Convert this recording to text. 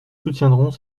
soutiendrons